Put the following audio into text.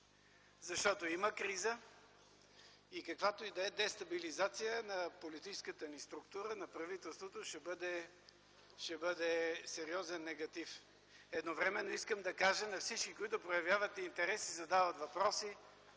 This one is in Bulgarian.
защото има криза и каквато и да е дестабилизация на политическата ни структура на правителството, ще бъде сериозен негатив. Едновременно искам да кажа на всички, които проявяват интерес и задават въпроси,